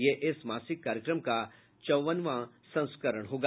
यह इस मासिक कार्यक्रम का चौवनवां संस्करण होगा